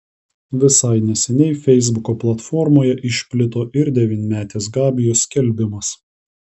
visai neseniai feisbuko platformoje išplito ir devynmetės gabijos skelbimas